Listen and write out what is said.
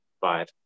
five